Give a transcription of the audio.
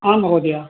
आं महोदय